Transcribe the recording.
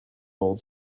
old